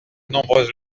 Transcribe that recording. nombreuses